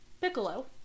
piccolo